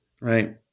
right